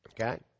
Okay